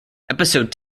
episode